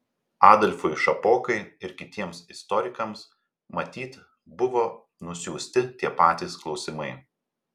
adolfui šapokai ir kitiems istorikams matyt buvo nusiųsti tie patys klausimai